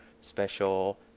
special